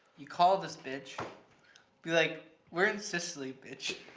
you call this bitch be like we're in sicily bitch.